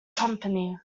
company